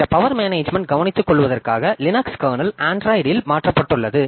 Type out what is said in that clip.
இந்த power management கவனித்துக்கொள்வதற்காக Linux kernel Android இல் மாற்றப்பட்டுள்ளது